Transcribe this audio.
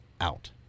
out